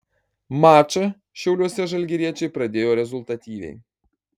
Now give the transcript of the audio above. mačą šiauliuose žalgiriečiai pradėjo rezultatyviai